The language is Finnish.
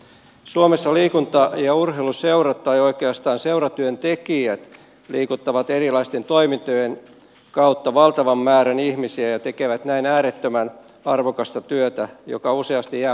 suomessa liikunta ja urheiluseurat tai oikeastaan seuratyöntekijät liikuttavat erilaisten toimintojen kautta valtavan määrän ihmisiä ja tekevät näin äärettömän arvokasta työtä joka useasti jää huomioimatta